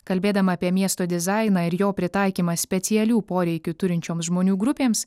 kalbėdama apie miesto dizainą ir jo pritaikymą specialių poreikių turinčioms žmonių grupėms